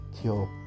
kill